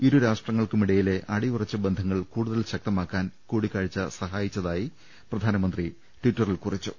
ഇരുരാഷ്ട്രങ്ങൾക്കുമിടയിലെ അടിയുറച്ച ബന്ധങ്ങൾ കൂടുതൽ ശക്തമാക്കാൻ കൂടിക്കാഴ്ച സഹായിച്ചതായി പ്രധാനമന്ത്രി നരേന്ദ്രമോദി ട്വിറ്ററിൽ കുറിച്ചു